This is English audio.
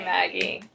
Maggie